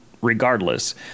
regardless